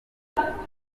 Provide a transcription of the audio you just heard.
yatangiye